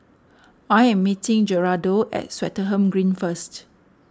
I am meeting Gerardo at Swettenham Green first